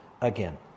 again